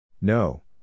No